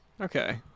Okay